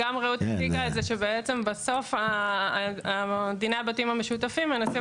גם רעות הציגה את זה שדיני הבתים המשותפים מנסים